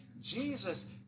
Jesus